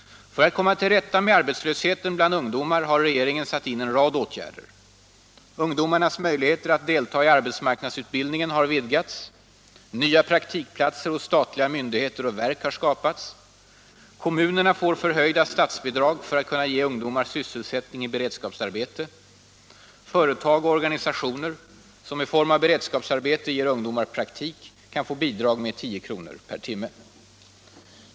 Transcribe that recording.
För att komma till rätta med arbetslösheten bland ungdomar har regeringen satt in en rad åtgärder. Ungdomarnas möjligheter att deltaga i arbetsmarknadsutbildning har vidgats. Nya praktikplatser hos stat liga myndigheter och verk har skapats. Kommunerna får förhöjda statsbidrag. Företag och organisationer, som i form av beredskapsarbete ger ungdomar praktik, kan få bidrag med 10 kr. per timme.